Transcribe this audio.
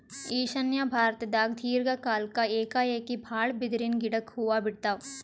ಈಶಾನ್ಯ ಭಾರತ್ದಾಗ್ ದೀರ್ಘ ಕಾಲ್ಕ್ ಏಕಾಏಕಿ ಭಾಳ್ ಬಿದಿರಿನ್ ಗಿಡಕ್ ಹೂವಾ ಬಿಡ್ತಾವ್